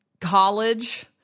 college